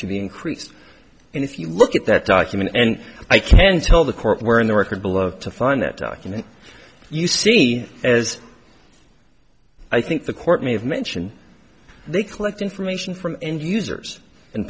to be increased and if you look at that document and i can tell the court where in the record below to find that document you see as i think the court may have mentioned they collect information from end users and